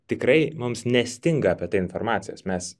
tikrai mums nestinga apie tai informacijos mes